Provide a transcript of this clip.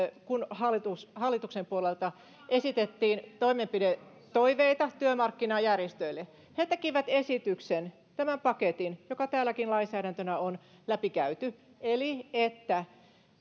hallituksen puolelta esitettiin toimenpidetoiveita työmarkkinajärjestöille ja he tekivät esityksen tämän paketin joka täälläkin lainsäädäntönä on läpikäyty eli että